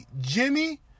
Jimmy